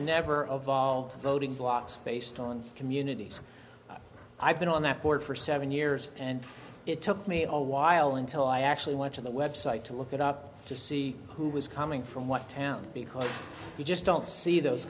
never of volved voting blocks based on communities i've been on that board for seven years and it took me a while until i actually went to the website to look it up to see who was coming from what town because you just don't see those